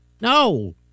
No